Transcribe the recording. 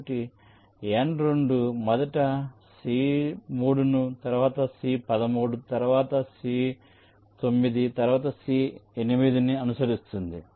కాబట్టి N2 మొదట C3 ను తరువాత C13 తరువాత C9 తరువాత C8 ను అనుసరిస్తుంది